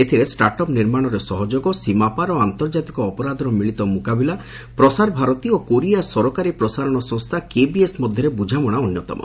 ଏଥିରେ ଷ୍ଟାଟ୍ଅପ୍ ନିର୍ମାଣରେ ସହଯୋଗ ସୀମାପାର ଓ ଆନ୍ତର୍ଜାତିକ ଅପରାଧର ମିଳିତ ମୁକାବିଲା ପ୍ରସାରଭାରତୀ ଓ କୋରିଆ ସରକାରୀ ପ୍ରସାରଣ ସଂସ୍ଥା କେବିଏସ୍ ମଧ୍ୟରେ ବୁଝାମଣା ଅନ୍ୟତମ